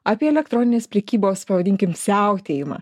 apie elektroninės prekybos pavadinkim siautėjimą